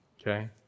Okay